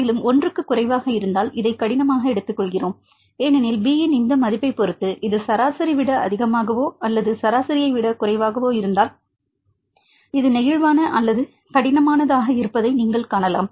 மேலும் இது 1 க்கும் குறைவாக இருந்தால் இதை கடினமாக எடுத்துக்கொள்கிறோம் ஏனெனில் இந்த B இன் இந்த மதிப்பைப் பொறுத்து இது சராசரி விட அதிகமாகவோ அல்லது சராசரியை விட குறைவாகவோ இருந்தால் இது நெகிழ்வான அல்லது கடினமானதாக இருப்பதை நீங்கள் காணலாம்